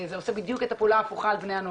זה עושה בדיוק את הפעולה ההפוכה על בני הנוער,